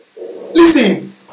Listen